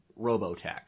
Robotech